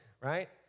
Right